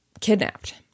kidnapped